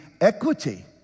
equity